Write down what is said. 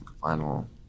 final